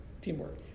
teamwork